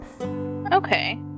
Okay